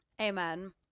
Amen